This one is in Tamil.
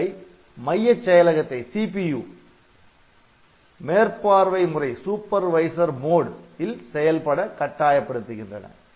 இவை மையச் செயலகத்தை மேற்பார்வை முறை ல் செயல்பட கட்டாயப்படுத்துகின்றன